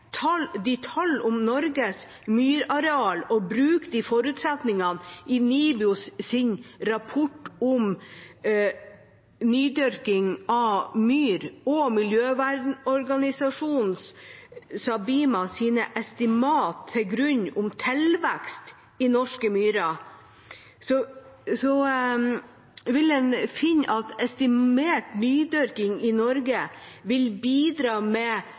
tall om Norges myrareal og forutsetningene i NIBIOs rapport om nydyrking av myr og miljøvernorganisasjonen Sabimas estimater til grunn om tilvekst i norske myrer, vil en finne at estimert nydyrking i Norge vil bidra